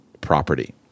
property